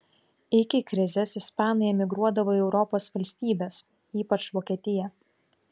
iki krizės ispanai emigruodavo į europos valstybes ypač vokietiją